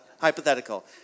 hypothetical